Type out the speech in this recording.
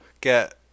get